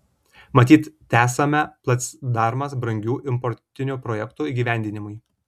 matyt tesame placdarmas brangių importinių projektų įgyvendinimui